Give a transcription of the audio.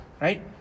right